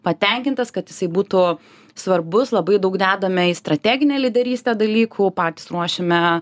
patenkintas kad jisai būtų svarbus labai daug dedame į strateginę lyderystę dalykų patys ruošiame